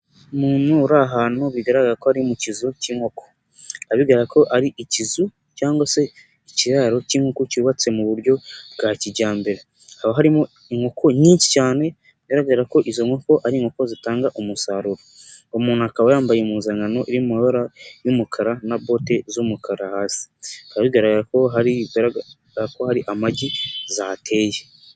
umuntu uri ahantu bigaragara ko ari mu kizu k'inkoko, abibwira ko ari ikizu cyangwa se ikiraro cy'inkuko cyubatse mu buryo bwa kijyambere. Haba harimo inkoko nyinshi cyane, bigaragara ko izo nkoko ari inkoko zitanga umusaruro. Uwo muntu akaba yambaye impuzankano iri mu mabara y'umukara na bote z'umukara hasi. Bikaba bigaragara ko hari bigaragara ko hari amagi zateye.